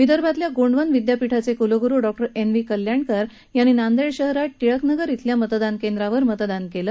विदर्भातील गोंडवन विद्यापीठाचे कुलगुरू डॉ एन व्ही कल्याणकर यांनी नांदेड शहरातील टिळकनगर इथल्या मतदान केंद्रात मतदान केलं